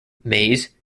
maize